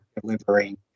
delivering